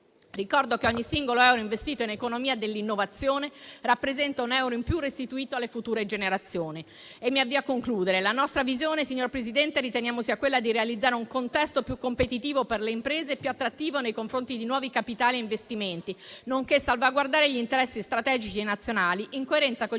Ricordo che ogni singolo euro investito in economia dell'innovazione rappresenta un euro in più restituito alle future generazioni. Mi avvio a concludere. La nostra visione riteniamo sia quella di realizzare un contesto più competitivo per le imprese e più attrattivo nei confronti di nuovi capitali e investimenti, nonché di salvaguardare gli interessi strategici nazionali, in coerenza con gli interventi